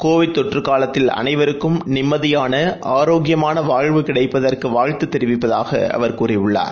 Covid தொற்றுகாலத்தில் அனைவருக்கும் நிம்மதியானஆரோக்கியமானவாழ்வு கிடைப்பதற்குவாழ்த்துதெரிவிப்பதாகஅவர் கூறியுள்ளார்